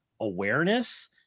awareness